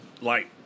light